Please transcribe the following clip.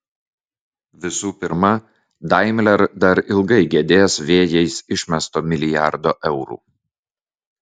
visų pirma daimler dar ilgai gedės vėjais išmesto milijardo eurų